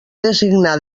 designar